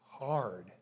Hard